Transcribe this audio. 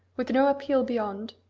with no appeal beyond,